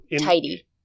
tidy